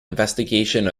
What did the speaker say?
investigation